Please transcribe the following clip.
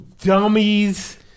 dummies